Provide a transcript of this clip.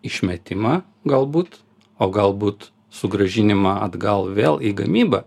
išmetimą galbūt o galbūt sugrąžinimą atgal vėl į gamybą